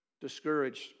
discouraged